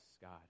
God